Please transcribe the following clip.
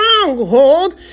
stronghold